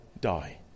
die